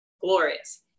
glorious